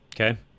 okay